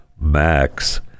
Max